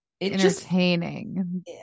entertaining